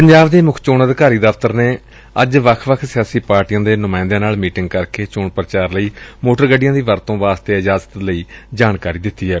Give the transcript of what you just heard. ਪੰਜਾਬ ਦੇ ਮੁੱਖ ਚੋਣ ਅਧਿਕਾਰੀ ਦਫ਼ਤਰ ਨੇ ਅੱਜ ਵੱਖ ਵੱਖ ਸਿਆਸੀ ਪਾਰਟੀਆਂ ਦੇ ਨੁਮਾਇੰਦਿਆਂ ਨਾਲ ਮੀਟਿੰਗ ਕਰਕੇ ਚੋਣ ਪ੍ਰਚਾਰ ਲਈ ਮੋਟਰ ਗੱਡੀਆਂ ਦੀ ਵਰਤੋਂ ਵਾਸਤੇ ਇਜਾਜ਼ਤ ਲਈ ਜਾਣਕਾਰੀ ਦਿੱਤੀ ਏ